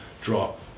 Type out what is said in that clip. drop